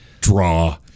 draw